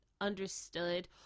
understood